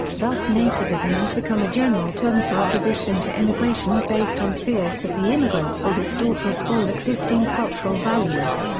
thus nativism has become a general term for opposition to immigration based on fears that the immigrants will distort or spoil existing cultural values.